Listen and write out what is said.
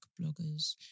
bloggers